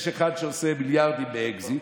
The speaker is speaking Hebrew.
יש אחד שעושה מיליארדים באקזיט